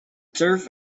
turf